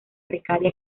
precaria